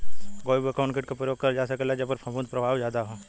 गोभी पर कवन कीट क प्रयोग करल जा सकेला जेपर फूंफद प्रभाव ज्यादा हो?